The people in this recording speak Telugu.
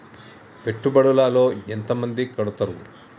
పెట్టుబడుల లో ఎంత మంది కడుతరు?